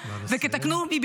הוא רצה צבא קטן וטכנולוגי,